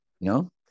No